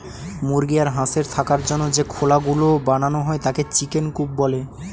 মুরগি আর হাঁসের থাকার জন্য যে খোলা গুলো বানানো হয় তাকে চিকেন কূপ বলে